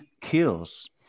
kills